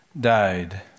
died